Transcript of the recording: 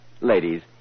Ladies